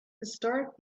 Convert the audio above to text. historic